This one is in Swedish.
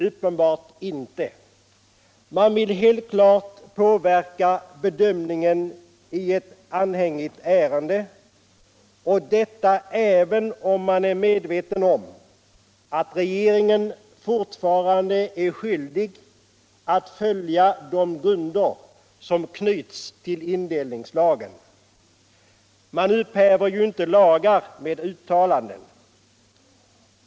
Uppenbart inte. Man vill helt klart påverka bedömningen i ett anhängigt ärende - och detta fastän man är medveten om att regeringen fortfarande är skyldig att följa indelningslagens grunder. Man upphäver ju inte lagar med uttalanden.